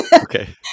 Okay